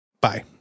Bye